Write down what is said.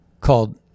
called